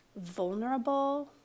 vulnerable